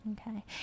Okay